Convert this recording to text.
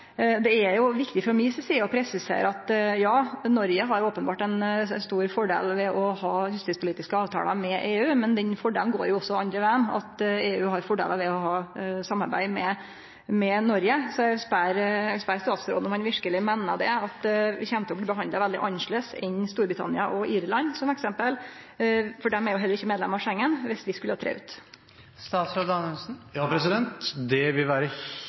Det er jo viktig frå mi side å presisere at Noreg openbert har ein stor fordel av å ha justispolitiske avtalar med EU, men den fordelen går òg andre vegen. EU har fordelar av å ha eit samarbeid med Noreg. Eg spør statsråden: Meiner han verkeleg at vi kjem til å bli behandla veldig annleis enn f.eks. Storbritannia og Irland, for dei er heller ikkje medlemer av Schengen, viss vi skulle tre ut? Det vil